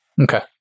Okay